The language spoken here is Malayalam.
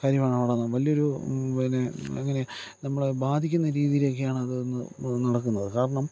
കാര്യമാണ് വലിയ ഒരു പിന്നെ ഇങ്ങനെ നമ്മളെ ബാധിക്കുന്ന രീതിയിലേക്കാണ് അത് ഇന്ന് നടക്കുന്നത് കാരണം